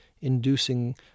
inducing